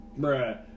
Bruh